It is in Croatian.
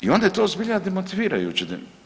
I onda je to zbilja demotivirajuće.